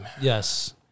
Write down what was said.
Yes